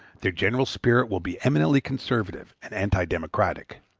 their general spirit will be eminently conservative and anti-democratic.